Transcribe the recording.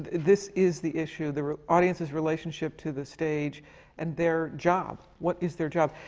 this is the issue, the audience's relationship to the stage and their job. what is their job?